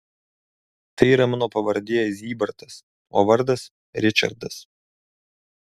tai yra mano pavardė zybartas o vardas ričardas